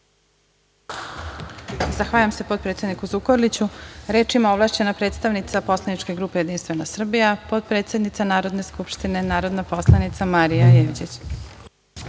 Zahvaljujem se potpredsedniku Zukorliću. Reč ima ovlašćena predstavnica poslaničke grupe Jedinstvena Srbija, potpredsednica Narodne skupštine, narodna poslanica Marija